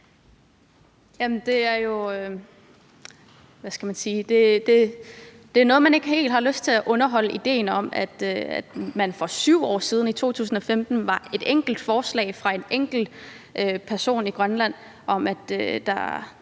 Det er jo noget, man ikke helt har lyst til at understøtte idéen om: at man for 7 år siden, i 2015, var et enkelt forslag fra en enkelt person i Grønland fra, at der